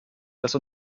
das